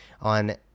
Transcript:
on